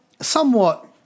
somewhat